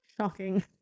Shocking